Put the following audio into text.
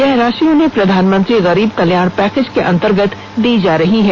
यह राशि उन्हें प्रधानमंत्री गरीब कल्याण पैकेज के अन्तर्गत दी जा रही है